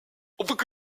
avec